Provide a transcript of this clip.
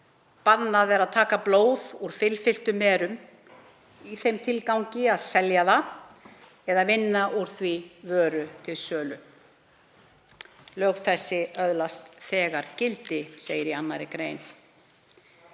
Bannað er að taka blóð úr fylfullum merum í þeim tilgangi að selja það eða vinna úr því vöru til sölu.“ 2. gr. Lög þessi öðlast þegar gildi. Í greinargerð